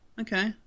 Okay